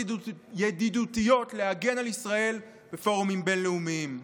ידידותיות להגן על ישראל בפורמים בין-לאומיים.